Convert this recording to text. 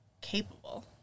capable